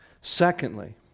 Secondly